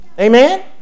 Amen